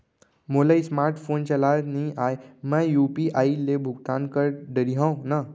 मोला smart phone चलाए नई आए मैं यू.पी.आई ले भुगतान कर डरिहंव न?